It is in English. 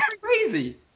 crazy